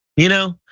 you know,